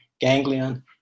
ganglion